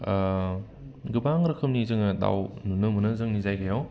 गोबां रोखोमनि जोङो दाउ नुनो मोनो जोंनि जायगायाव